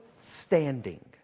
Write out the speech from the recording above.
standing